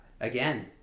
Again